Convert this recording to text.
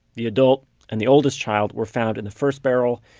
the adult and the oldest child were found in the first barrel.